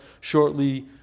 shortly